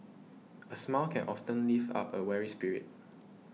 a smile can often lift up a weary spirit